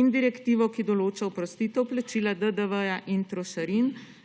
in direktivo, ki določa oprostitev plačila DDV in trošarin